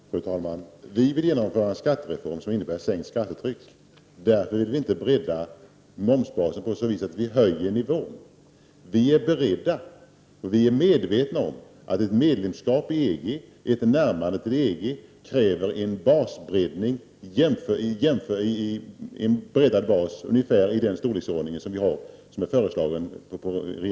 Fru talman! Vi moderater vill genomföra en skattereform som innebär ett sänkt skattetryck. Vi vill därför inte bredda basen för momsuttaget på ett sådant sätt att vi höjer nivån. Vi är beredda på och medvetna om, att ett närmande till EG kräver en breddad bas av ungefär den storleksordning som vi har föreslagit.